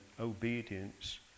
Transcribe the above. obedience